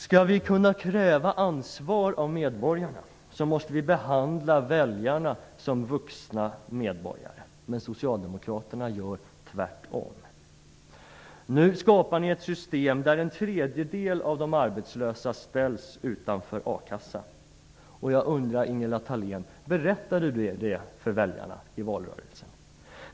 Skall vi kunna kräva ansvar av medborgarna måste vi behandla väljarna som vuxna medborgare. Men Socialdemokraterna gör tvärtom. Nu skapar ni ett system där en tredjedel av de arbetslösa ställs utanför a-kassa. Jag undrar om Ingela Thalén berättade det för väljarna i valrörelsen.